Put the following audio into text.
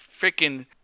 freaking